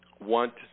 want